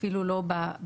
אפילו לא באחרים.